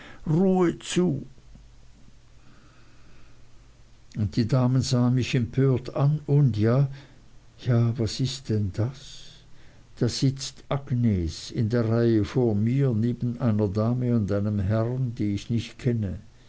ruhe zu und die damen sahen mich empört an und ja was ist denn das da sitzt agnes in der reihe vor mir neben einer dame und einem herrn die ich nicht kenne